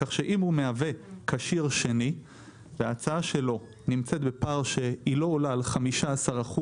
כך שאם הוא מהווה כשיר 2 וההצעה שלו נמצאת בפער שלא עולה על 15%